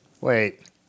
Wait